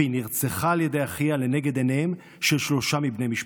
והיא נרצחה על ידי אחיה לנגד עיניהם של שלושה מבני משפחתה.